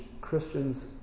Christians